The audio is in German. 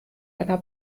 einer